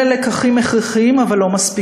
אלה הם לקחים הכרחיים, אבל לא מספיקים.